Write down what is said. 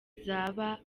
zaba